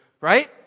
right